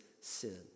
sin